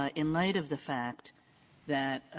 ah in light of the fact that